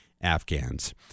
Afghans